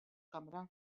kamra